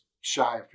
shy